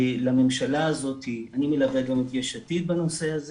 ולממשלה הזאת אני מלווה גם את יש עתיד בנושא הזה